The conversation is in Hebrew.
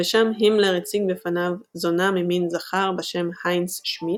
ושם הימלר הציג בפניו זונה ממין זכר בשם היינץ שמידט,